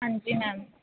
ਹਾਂਜੀ ਮੈਮ